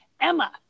Emma